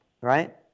right